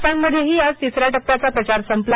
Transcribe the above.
आसाममध्येही आज तिसऱ्या टप्प्याचा प्रचार संपला